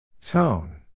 Tone